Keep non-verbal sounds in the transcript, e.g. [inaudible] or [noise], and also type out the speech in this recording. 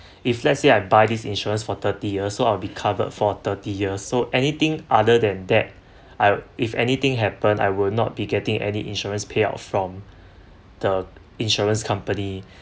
[breath] if let's say I buy this insurance for thirty years so I will be covered for thirty years so anything other than that [breath] I if anything happened I will not be getting any insurance payout from the insurance company